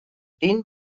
den